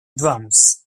drums